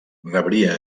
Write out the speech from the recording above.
rebria